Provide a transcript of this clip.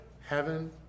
heaven